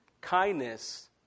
kindness